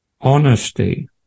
Honesty